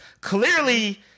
Clearly